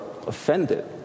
offended